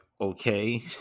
okay